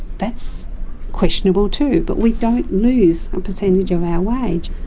that's questionable too but we don't lose a percentage of our wage.